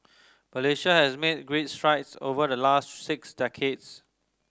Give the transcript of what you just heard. Malaysia has made great strides over the last six decades